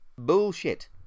bullshit